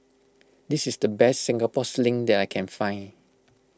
this is the best Singapore Sling that I can find